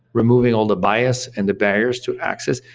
removing all the bias and the barriers to access,